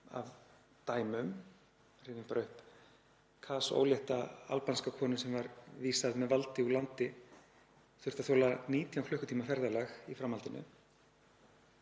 af dæmum, rifjum bara upp kasólétta albanska konu sem var vísað með valdi úr landi og þurfti að þola 19 klukkutíma ferðalag í framhaldinu.